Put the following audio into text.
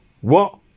What